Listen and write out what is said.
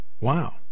Wow